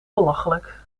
belachelijk